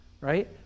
right